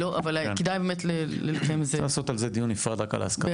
צריך לעשות דיון נפרד רק על ההשכלה הגבוהה.